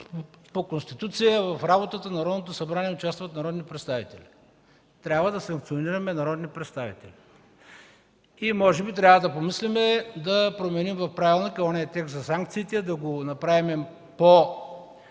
по Конституция в работата на Народното събрание участват народните представители. Трябва да санкционираме народни представители. Може би трябва да помислим да променим в правилника онзи текст за санкциите, да го направим по-краен,